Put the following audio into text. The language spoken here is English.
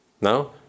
Now